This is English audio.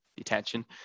attention